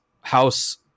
house